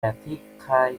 tätigkeit